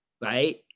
right